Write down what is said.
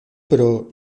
pro